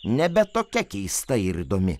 nebe tokia keista ir įdomi